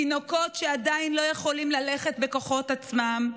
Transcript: תינוקות שעדיין לא יכולים ללכת בכוחות עצמם,